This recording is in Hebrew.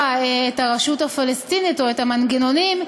את הרשות הפלסטינית או את המנגנונים,